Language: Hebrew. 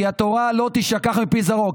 כי התורה לא תישכח מפי זרעו,